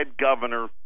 governor